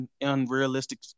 unrealistic